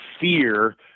fear